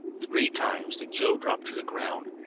three times did joe drop to the ground,